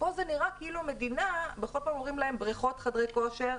ופה זה נראה כאילו אומרים בריכות וחדרי כושר,